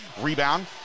Rebound